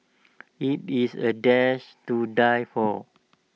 IT is A dish to die for